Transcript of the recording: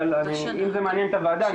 אם זה מעניין את הוועדה,